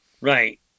Right